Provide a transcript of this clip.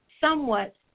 somewhat